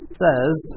says